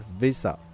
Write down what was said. visa